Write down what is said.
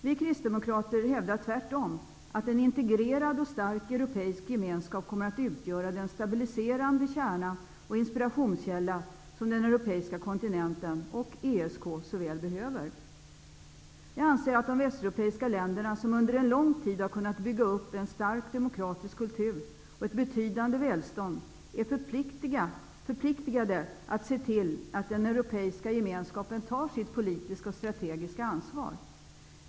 Vi kristdemokrater hävdar tvärtom att en integrerad och stark europeisk gemenskap kommer att utgöra den stabiliserande kärna och inspirationskälla som den europeiska kontinenten och ESK så väl behöver. Jag anser att de västeuropeiska länderna, som under en lång tid har kunnat bygga upp en stark demokratisk kultur och ett betydande välstånd, är förpliktigade att se till att den europeiska gemenskapen tar sitt politiska och strategiska ansvar.